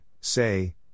say